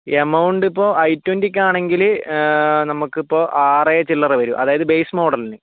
എമൗണ്ടിപ്പോൾ I ട്വന്റിക്കാണെങ്കിൽ നമ്മൾക്കിപ്പോൾ ആറെ ചില്ലറ വരും അതായത് ബേസ് മോഡലിന്